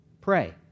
pray